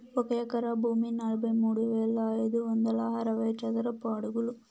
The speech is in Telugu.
ఒక ఎకరా భూమి నలభై మూడు వేల ఐదు వందల అరవై చదరపు అడుగులు